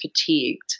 fatigued